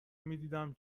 میدیدم